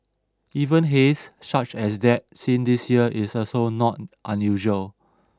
even haze such as that seen this year is also not unusual